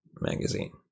magazine